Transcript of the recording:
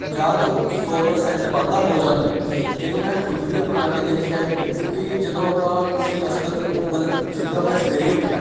ਪੰਜਾਹ ਤੋਂ ਸੌ ਪਰਸੈਂਟ ਵਾਧਾ ਹੋ ਜਾਂਦਾ ਹੈ ਇਹਨੂੰ ਮੈਂ ਖੁਦ ਵੀ ਅਪਣਾ ਕੇ ਦੇਖਿਆ ਹੈ ਕਿਉਂਕਿ ਜਦੋਂ ਆਪਾਂ ਕਿਸੇ ਕਸਰਤ ਨੂੰ ਮਤਲਬ ਜਿੱਦਾਂ ਮੈਂ ਸਵੇਰੇ ਉੱਠਿਆ